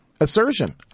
assertion